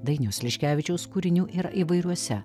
dainiaus liškevičiaus kūrinių yra įvairiuose